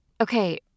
Okay